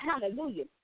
Hallelujah